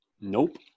Nope